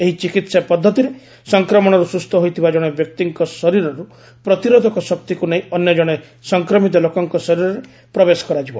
ଏହି ଚିକିତ୍ସା ପଦ୍ଧତିରେ ସଂକ୍ରମଣରୁ ସ୍କୁସ୍ ହୋଇଥିବା ଜଣେ ବ୍ୟକ୍ତିଙ୍କ ଶରୀରରୁ ପ୍ରତିରୋଧକ ଶକ୍ତିକୁ ନେଇ ଅନ୍ୟ ଜଣେ ସଂକ୍ରମିତ ଲୋକଙ୍କ ଶରୀରରେ ପ୍ରବେଶ କରାଯିବ